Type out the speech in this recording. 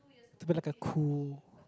to be like a cool